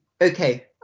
Okay